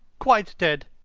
quite dead.